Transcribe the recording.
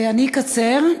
אני אקצר.